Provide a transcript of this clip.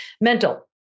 Mental